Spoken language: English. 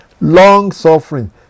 long-suffering